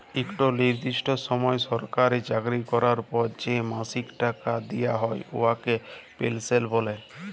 ইকট লিরদিষ্ট সময় সরকারি চাকরি ক্যরার পর যে মাসিক টাকা দিয়া হ্যয় উয়াকে পেলসল্ ব্যলে